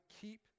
keep